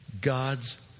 God's